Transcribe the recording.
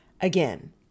again